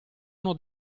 uno